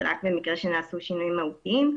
זה רק במקרה שנעשו שינויים מהותיים.